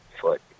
foot